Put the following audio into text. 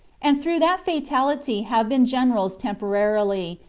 and through that fatality have been generals temporarily,